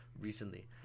recently